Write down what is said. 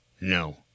no